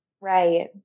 Right